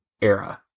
era